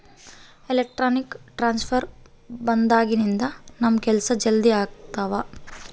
electronic transfer ಬಂದಾಗಿನಿಂದ ನಮ್ ಕೆಲ್ಸ ಜಲ್ದಿ ಆಗ್ತಿದವ